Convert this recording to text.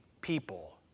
people